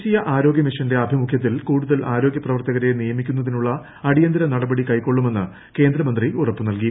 ദേശീയ ആരോഗ്യ മിഷന്റെ ആഭിമുഖ്യത്തിൽ കൂടുതൽ ആരോഗൃ പ്രവർത്തകരെ നിയമിക്കുന്നതിനുള്ള അടിയന്തിര നടപടി കൈക്കൊള്ളുമെന്ന് കേന്ദ്രമന്ത്രി ഉറപ്പു നൽകി